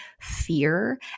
fear